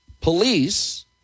Police